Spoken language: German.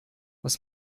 was